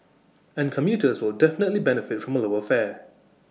and commuters will definitely benefit from A lower fare